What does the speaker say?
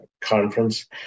conference